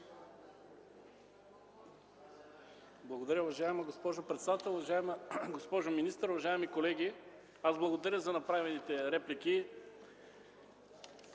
(ДПС): Уважаема госпожо председател, уважаема госпожо министър, уважаеми колеги! Благодаря за направените реплики.